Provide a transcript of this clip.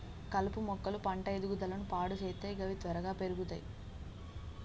కలుపు మొక్కలు పంట ఎదుగుదలను పాడు సేత్తయ్ గవి త్వరగా పెర్గుతయ్